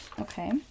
Okay